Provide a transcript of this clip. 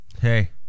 Hey